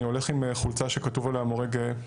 אני הולך עם חולצה שכתוב עליה מורה גאה,